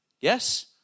Yes